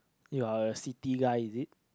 you are a city guy is it